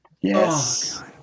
Yes